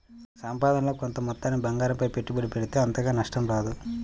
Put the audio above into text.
సంపాదనలో కొంత మొత్తాన్ని బంగారంపై పెట్టుబడి పెడితే అంతగా నష్టం రాదు